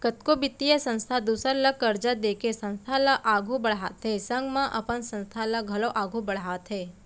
कतको बित्तीय संस्था दूसर ल करजा देके संस्था ल आघु बड़हाथे संग म अपन संस्था ल घलौ आघु बड़हाथे